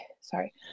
sorry